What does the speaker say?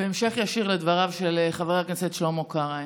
בהמשך ישיר לדבריו של חבר הכנסת שלמה קרעי,